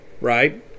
right